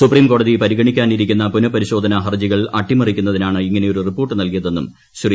സുപ്രീംകോടതി പരിഗണിക്കാനിരിക്കുന്ന് പുനപരിശോധന ഹർജികൾ അട്ടിമറിക്കുന്നതിനാണ് ഇങ്ങനെങ്യാരു റിപ്പോർട്ട് നൽകിയതെന്നും ശ്രീ